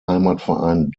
heimatverein